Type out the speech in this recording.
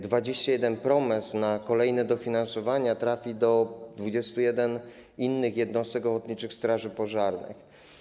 21 promes na kolejne dofinansowania trafi do 21 innych jednostek ochotniczych straży pożarnych.